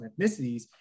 ethnicities